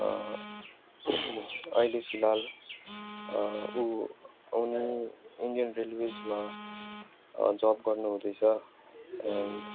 अहिले फिलहाल ऊ उनी इन्डियन रेल्वेजमा जब गर्नुहुँदैछ एन्ड